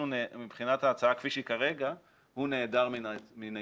מבחינת ההצעה כפי שהיא כרגע, הוא נעדר מן הישיבה.